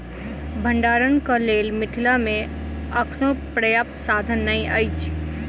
भंडारणक लेल मिथिला मे अखनो पर्याप्त साधन नै अछि